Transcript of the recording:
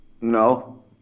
No